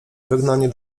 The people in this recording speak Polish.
wygnanie